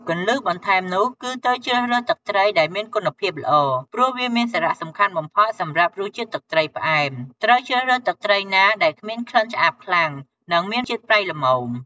គន្លឹះបន្ថែមនោះគឺត្រូវជ្រើសរើស ទឹកត្រីដែលមានគុណភាពល្អ ព្រោះវាមានសារៈសំខាន់បំផុតសម្រាប់រសជាតិទឹកត្រីផ្អែម ត្រូវជ្រើសរើសទឹកត្រីណាដែលគ្មានក្លិនឆ្អាបខ្លាំង និងមានជាតិប្រៃល្មម។